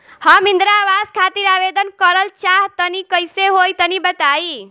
हम इंद्रा आवास खातिर आवेदन करल चाह तनि कइसे होई तनि बताई?